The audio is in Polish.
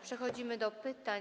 Przechodzimy do pytań.